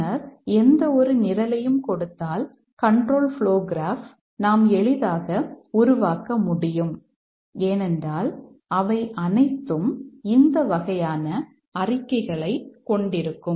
G நாம் எளிதாக உருவாக்க முடியும் ஏனென்றால் அவை அனைத்தும் இந்த வகையான அறிக்கைகளைக் கொண்டிருக்கும்